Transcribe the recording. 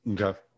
Okay